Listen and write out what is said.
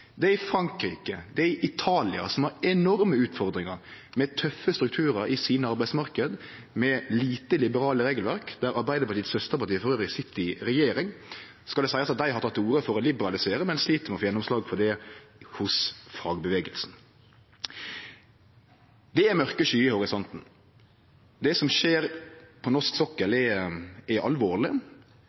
Det er i Frankrike, det er i Italia, som har enorme utfordringar med tøffe strukturar i sine arbeidsmarknader, med lite liberale regelverk – der Arbeidarpartiets søsterparti dessutan sit i regjering. Det skal seiast at dei har teke til orde for å liberalisere, men slit med å få gjennomslag for det hos fagrørsla. Det er mørke skyar i horisonten. Det som skjer på norsk sokkel, er alvorleg. Så må ein stille seg spørsmålet: Er